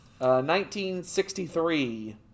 1963